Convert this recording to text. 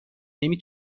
نمی